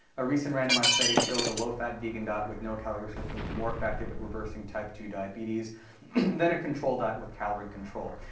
a recent randomized study showed a low-fat vegan diet with no calorie restriction was more effective at reversing type two diabetes than a controlled diet with calorie control.